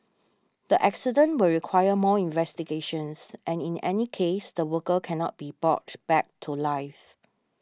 the accident will require more investigations and in any case the worker cannot be brought back to life